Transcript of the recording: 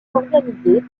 organisés